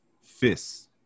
fists